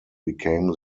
became